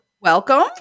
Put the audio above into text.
Welcome